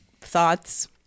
Thoughts